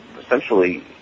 essentially